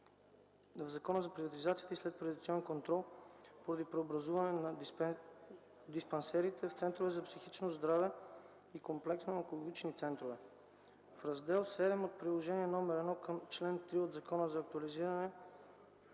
в Закона за приватизацията и следприватизационния контрол поради преобразуването на диспансерите в центрове за психично здраве и комплексни онкологични центрове. В Раздел VII от приложение № 1 към чл. 3 от закона се актуализират